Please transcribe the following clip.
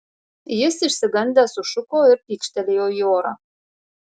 jis išsigandęs sušuko ir pykštelėjo į orą